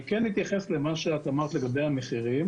אני כן אתייחס למה שאת אמרת לגבי המחירים: